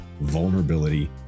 vulnerability